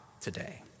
today